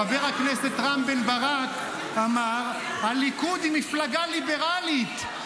חבר הכנסת רם בן ברק אמר: הליכוד היא מפלגה ליברלית,